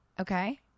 Okay